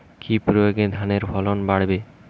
কি প্রয়গে ধানের ফলন বাড়বে?